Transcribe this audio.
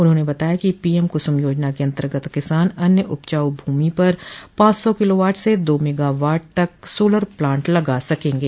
उन्होंने बताया कि पीएम कुसुम योजना के अन्तर्गत किसान अन्य उपजाऊ भूमि पर पांच सौ किलोवाट से दो मेगावाट तक सोलर प्लांट लगा सकेंगे